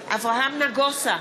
אברהם נגוסה,